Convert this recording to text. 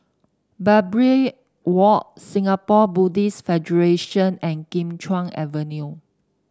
Barbary Walk Singapore Buddhist Federation and Kim Chuan Avenue